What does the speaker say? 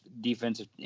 defensive